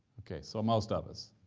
okay, so most of us.